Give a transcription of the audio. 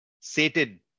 Satan